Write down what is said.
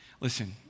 Listen